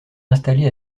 installés